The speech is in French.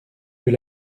veux